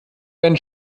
wenn